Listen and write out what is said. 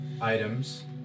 items